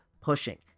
pushing